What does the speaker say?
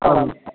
आम्